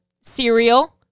cereal